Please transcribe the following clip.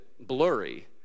blurry